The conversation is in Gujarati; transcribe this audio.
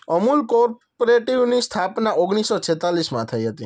અમૂલ કો ઓપરેટિવની સ્થાપના ઓગણીસો છેતાળીસમાં થઈ હતી